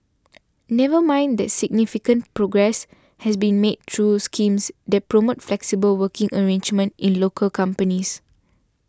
never mind that significant progress has been made through schemes that promote flexible working arrangements in local companies